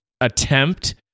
attempt